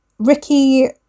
Ricky